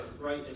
right